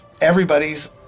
everybody's